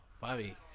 Bobby